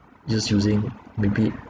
just using maybe